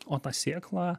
o ta sėkla